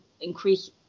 increase